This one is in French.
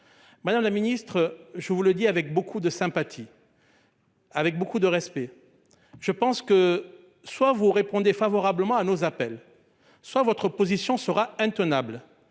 Madame la ministre, je vous le dis avec beaucoup de sympathie et de respect : soit vous répondez favorablement à notre appel, soit votre position sera intenable.